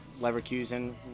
Leverkusen